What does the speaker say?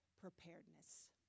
preparedness